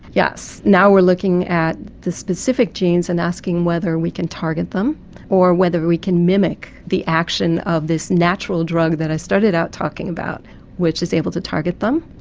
yes, now we are looking at the specific genes and asking whether we can target them or whether we can mimic the action of this natural drug that i started out talking about which is able to target them,